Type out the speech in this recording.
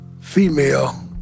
female